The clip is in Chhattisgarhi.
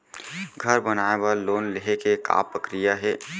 घर बनाये बर लोन लेहे के का प्रक्रिया हे?